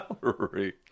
salary